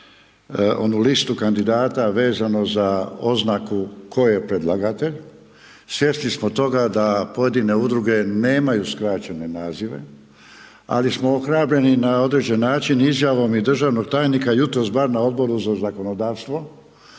onu listu kandidata, vezano za oznaku tko je predlagatelj. Svjesni smo toga, da pojedine udruge nemaju skraćene nazive, ali smo ohrabljeni na određeni način izjavom i državnog tajnika, jutros bar na Odboru za zakonodavstvo,